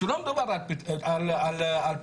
שלא מדובר רק על פנסיה,